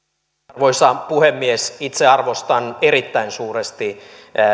arvoisa puhemies itse arvostan erittäin suuresti